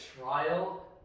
trial